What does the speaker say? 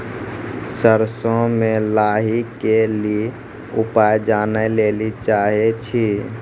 सरसों मे लाही के ली उपाय जाने लैली चाहे छी?